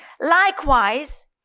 Likewise